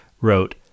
wrote